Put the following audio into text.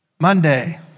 Monday